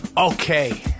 Okay